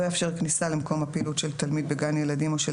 לא יאפשר כניסה למקום הפעילות של תלמיד בגן ילדים או של